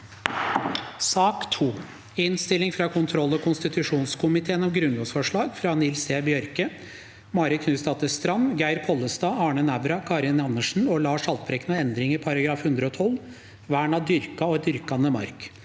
mai 2024 Innstilling frå kontroll- og konstitusjonskomiteen om Grunnlovsframlegg frå Nils T. Bjørke, Marit Knutsdatter Strand, Geir Pollestad, Arne Nævra, Karin Andersen og Lars Haltbrekken om endring i § 112 (vern av dyrka og dyrkande mark)